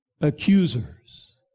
accusers